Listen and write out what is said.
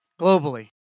globally